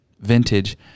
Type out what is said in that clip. Vintage